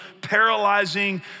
paralyzing